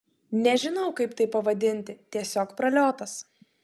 nežinau kaip tai pavadinti tiesiog praliotas